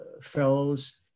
fellows